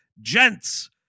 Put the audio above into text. gents